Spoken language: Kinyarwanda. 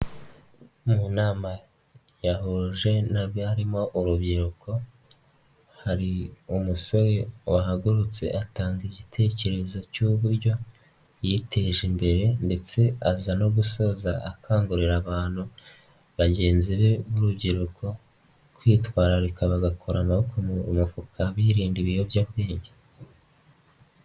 Mu nama yahuje n'abamo urubyiruko, hari umusore wahagurutse atanga igitekerezo cy'uburyo yiteje imbere ndetse aza no gusoza akangurira abantu bagenzi be b'urubyiruko, kwitwararika bagakora amaboko mu mufuka birinda ibiyobyabwenge.